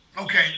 Okay